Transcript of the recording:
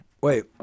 Wait